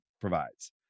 provides